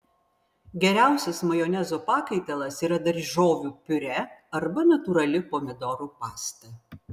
geriausias majonezo pakaitalas yra daržovių piurė arba natūrali pomidorų pasta